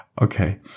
Okay